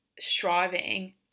striving